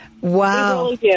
Wow